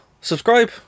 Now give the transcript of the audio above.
subscribe